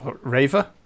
Raver